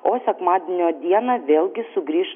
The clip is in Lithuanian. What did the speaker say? o sekmadienio dieną vėlgi sugrįš